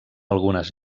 algunes